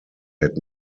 had